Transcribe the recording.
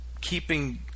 keeping